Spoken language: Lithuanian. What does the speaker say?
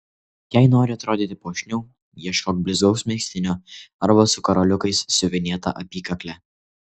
jei nori atrodyti puošniau ieškok blizgaus megztinio arba su karoliukais siuvinėta apykakle